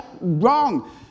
wrong